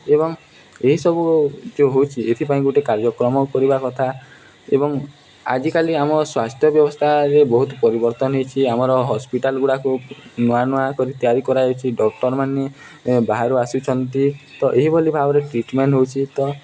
ଏବଂ ଏହିସବୁ ଯେଉଁ ହେଉଛି ଏଥିପାଇଁ ଗୋଟେ କାର୍ଯ୍ୟକ୍ରମ କରିବା କଥା ଏବଂ ଆଜିକାଲି ଆମ ସ୍ୱାସ୍ଥ୍ୟ ବ୍ୟବସ୍ଥାରେ ବହୁତ ପରିବର୍ତ୍ତନ ହେଇଛି ଆମର ହସ୍ପିଟାଲ୍ଗୁଡ଼ାକୁ ନୂଆ ନୂଆ କରି ତିଆରି କରାଯାଉଛିି ଡକ୍ଟର୍ମାନେ ବାହାରୁ ଆସୁଛନ୍ତି ତ ଏହିଭଳି ଭାବରେ ଟ୍ରିଟ୍ମେଣ୍ଟ୍ ହେଉଛି ତ